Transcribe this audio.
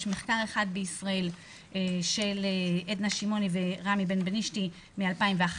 יש מחקר אחד בישראל של עדנה שמעוני ורמי בנבנישתי מ-2011,